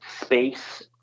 space